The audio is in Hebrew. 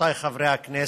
רבותיי חברי הכנסת,